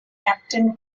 captain